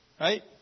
Right